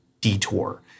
detour